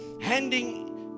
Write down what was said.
handing